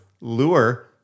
lure